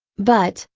but,